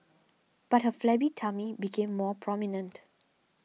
but her flabby tummy became more prominent